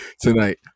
tonight